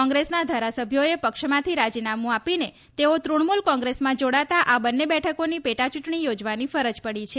કોંગ્રેસના ધારાસભ્યોએ પક્ષમાંથી રાજીનામું આપીને તેઓ તૃણમુલ કોંગ્રેસમાં જોડાતા આ બંને બેઠકોની પેટાચૂંટણી યોજવાની ફરજ પડી છે